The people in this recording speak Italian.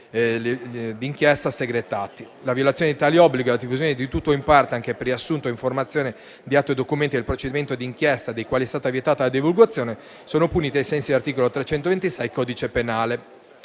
d'inchiesta segretati. La violazione di tali obblighi e la diffusione di tutto o in parte, anche per riassunto o informazione, di atti e documenti del procedimento di inchiesta dei quali è stata vietata la divulgazione sono puniti ai sensi dell'articolo 326 del codice penale.